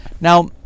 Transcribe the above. now